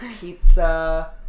pizza